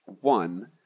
One